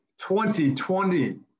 2020